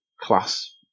class